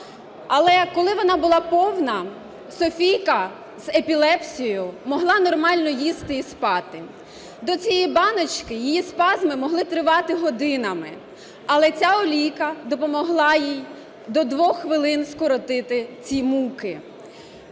Але коли вона була повна, Софійка з епілепсією могла нормально їсти і спати. До цієї баночки її спазми могли тривати годинами, але ця олійка допомогла їй до двох хвилин скоротити ці муки.